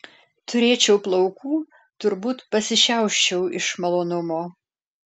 turėčiau plaukų turbūt pasišiauščiau iš malonumo